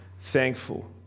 thankful